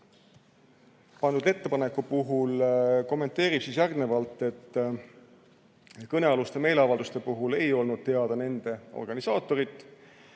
pandud ettepaneku puhul kommenteeris järgnevalt, et kõnealuste meeleavalduste puhul ei olnud teada nende organisaatorit